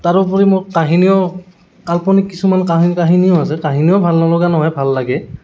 তাৰোপৰি মোক কাহিনীও কাল্পনিক কিছুমান কাহিনী কাহিনীও আছে কাহিনীও ভাল নলগা নহয় ভাল লাগে